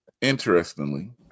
interestingly